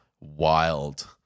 wild